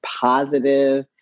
positive